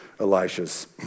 Elisha's